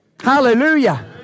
Hallelujah